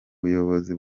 buyobozi